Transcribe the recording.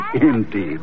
indeed